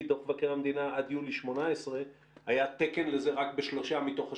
דוח מבקר המדינה עד יולי 2018 היה לזה תקן רק בשלושה מתוך השמונה.